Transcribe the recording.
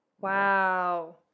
Wow